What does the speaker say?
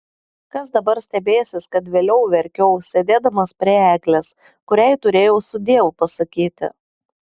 kas dabar stebėsis kad vėliau verkiau sėdėdamas prie eglės kuriai turėjau sudiev pasakyti